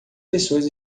pessoas